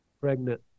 pregnant